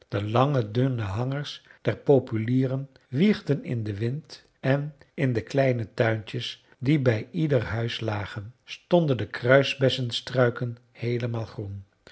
de lange dunne hangers der populieren wiegden in den wind en in de kleine tuintjes die bij ieder huis lagen stonden de kruisbessenstruiken heelemaal groen